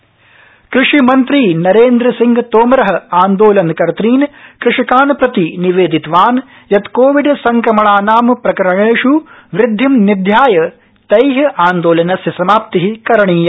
तोमर कृषि कृषि मन्त्री नरेन्द्र सिंह तोमर आन्दोलनकतृन् कृषकान् प्रति निवेदितवान् यत् कोविड संक्रमणानां प्रकरणेष् वृद्धि निध्याय तै आन्दोलनस्य समाप्ति करणीया